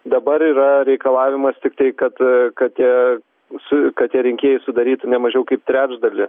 dabar yra reikalavimas tiktai kad kad tie su kad tie rinkėjai sudarytų nemažiau kaip trečdalį